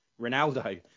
Ronaldo